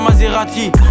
Maserati